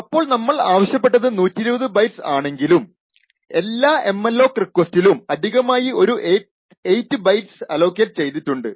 അപ്പോൾ നമ്മൾ ആവശ്യപ്പെട്ടത് 120 ബൈറ്റ്സ് ആണെങ്കിലും എല്ലാ എംഅലോക് റിക്വസ്റ്റിലും അധികമായി ഒരു 8 ബൈറ്റ്സ് അലോക്കേറ്റ് ചെയ്തിട്ടുണ്ട്